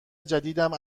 جدیدم